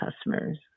customers